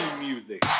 music